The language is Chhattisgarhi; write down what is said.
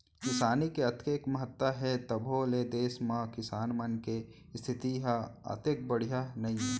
किसानी के अतेक महत्ता हे तभो ले देस म किसान मन के इस्थिति ह ओतेक बड़िहा नइये